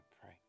pray